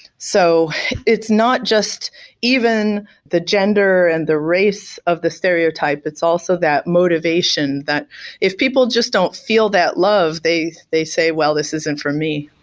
so it's not just even the gender and the race of the stereotype. it's also that motivation that if people just don't feel that love they they say, well, this isn't for me.